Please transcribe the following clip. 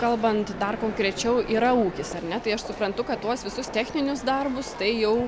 kalbant dar konkrečiau yra ūkis ar ne tai aš suprantu kad tuos visus techninius darbus tai jau